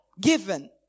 given